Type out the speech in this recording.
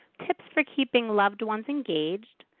tips for keeping loved ones engaged,